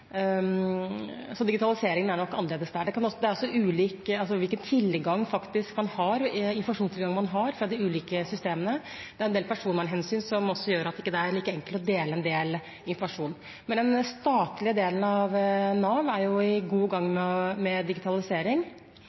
så digitaliseringen er nok annerledes der. Det er også ulikt hvilken informasjonstilgang man faktisk har fra de ulike informasjonssystemene. Det er jo også en del personvernhensyn som gjør at det ikke er like enkelt å dele en del informasjon. Men den statlige delen av Nav er godt i gang med digitalisering, med